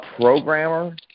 programmer